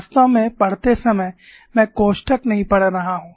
वास्तव में पढ़ते समय मैं कोष्ठक नहीं पढ़ रहा हूं